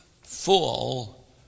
full